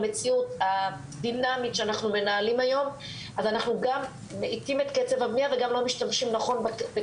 ימון האלה וגם להגדיר מפורשות שכל שינוי של תקנות התכנון והבנייה